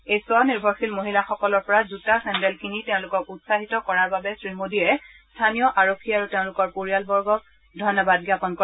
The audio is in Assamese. এই স্ব নিৰ্ভৰশীল মহিলাসকলৰ পৰা জোতা চেণ্ডেল কিনি তেওঁলোকক উৎসাহিত কৰাৰ বাবে শ্ৰীমোদীয়ে স্থানীয় আৰক্ষী আৰু তেওঁলোকৰ পৰিয়াল বৰ্গক ধন্যবাদ জ্ঞাপন কৰে